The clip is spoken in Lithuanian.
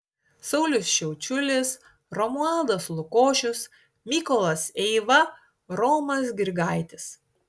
saulius šiaučiulis romualdas lukošius mykolas eiva romas grigaitis